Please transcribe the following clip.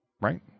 right